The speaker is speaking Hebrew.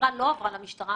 החקירה לא עברה למשטרה.